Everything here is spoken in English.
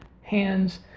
hands